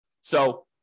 So-